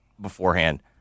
beforehand